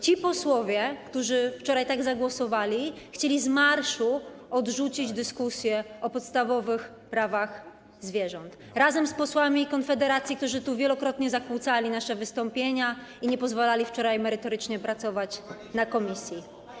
Ci posłowie, który wczoraj tak zagłosowali, chcieli z marszu odrzucić dyskusję o podstawowych prawach zwierząt razem z posłami Konfederacji, którzy wielokrotnie zakłócali nasze wystąpienia i nie pozwalali wczoraj merytorycznie pracować w komisji.